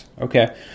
okay